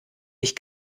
ich